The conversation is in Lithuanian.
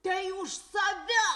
tai už save